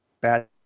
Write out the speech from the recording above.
bad